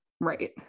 right